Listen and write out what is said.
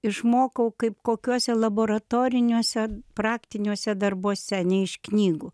išmokau kaip kokiuose laboratoriniuose praktiniuose darbuose ne iš knygų